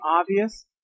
obvious